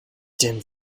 denn